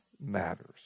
matters